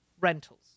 rentals